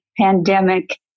pandemic